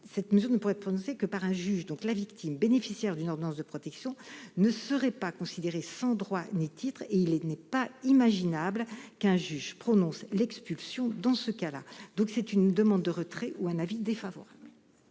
telle mesure ne pouvant être prononcée que par un juge. La victime bénéficiaire d'une ordonnance de protection ne serait pas considérée comme sans droit ni titre, et il n'est pas imaginable qu'un juge prononce l'expulsion dans ce cas-là. Demande de retrait ; à défaut, avis défavorable.